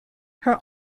her